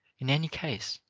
in any case,